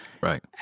Right